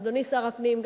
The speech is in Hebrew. אדוני שר הפנים,